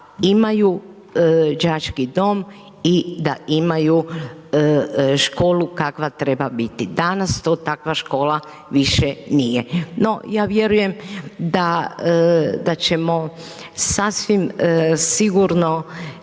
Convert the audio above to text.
imaju đački dom i da imaju školu kakva treba biti, danas to takva škola više nije. No, ja vjerujem da, da ćemo sasvim sigurno